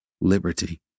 liberty